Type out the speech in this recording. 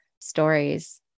stories